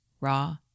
raw